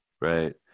Right